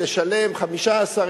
לשלם 15%,